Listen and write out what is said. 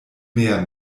mehr